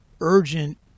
urgent